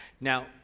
Now